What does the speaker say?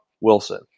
Wilson